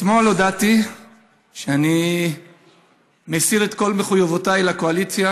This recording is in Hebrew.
אתמול הודעתי שאני מסיר את כל מחויבותיי לקואליציה